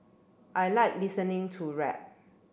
I like listening to rap